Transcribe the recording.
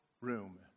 room